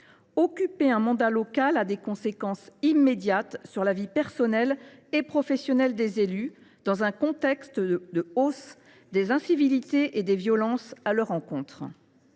Occuper un mandat local a des conséquences immédiates sur la vie personnelle et professionnelle des élus, alors que nous connaissons un contexte de hausse des incivilités et des violences à leur encontre.